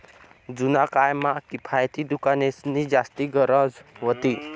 जुना काय म्हा किफायती दुकानेंसनी जास्ती गरज व्हती